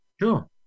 Sure